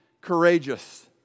courageous